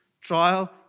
Trial